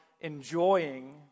enjoying